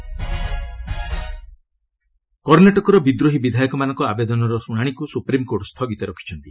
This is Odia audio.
ଏସ୍ସି କର୍ଣ୍ଣାଟକ କର୍ଷ୍ଣାଟକ ବିଦ୍ରୋହୀ ବିଧାୟକମାନଙ୍କ ଆବେଦନର ଶୁଣାଣିକୁ ସୁପ୍ରିମ୍କୋର୍ଟ ସ୍ଥଗିତ ରଖିଛନ୍ତି